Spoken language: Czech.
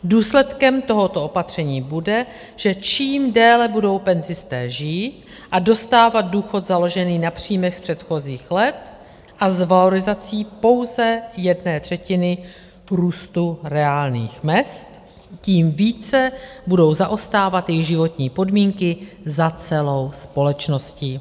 Důsledkem tohoto opatření bude, že čím déle budou penzisté žít a dostávat důchod založený na příjmech z předchozích let a s valorizací pouze jedné třetiny růstu reálných mezd, tím více budou zaostávat jejich životní podmínky za celou společností.